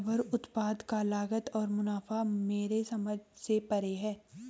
rubber उत्पाद का लागत और मुनाफा मेरे समझ से परे है